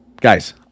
Guys